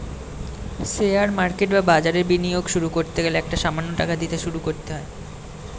share market বা বাজারে বিনিয়োগ শুরু করতে গেলে একটা সামান্য টাকা দিয়ে শুরু করতে হয়